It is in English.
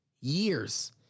years